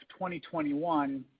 2021